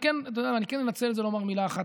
אני כן אני אנצל את זה לומר מילה אחת.